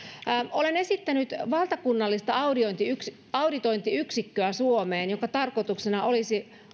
olen esittänyt suomeen valtakunnallista auditointiyksikköä jonka tarkoituksena olisi